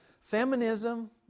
feminism